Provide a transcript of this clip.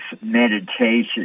Meditation